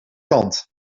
kant